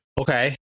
Okay